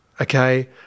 okay